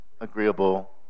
agreeable